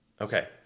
Okay